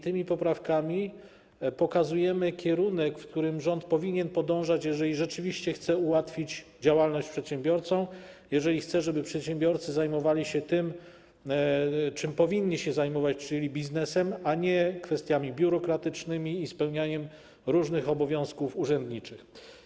Tymi poprawkami pokazujemy kierunek, w którym rząd powinien podążać, jeżeli rzeczywiście chce ułatwić działalność przedsiębiorcom, jeżeli chce, żeby przedsiębiorcy zajmowali się tym, czym powinni się zajmować, czyli biznesem, a nie kwestiami biurokratycznymi i spełnianiem różnych obowiązków urzędniczych.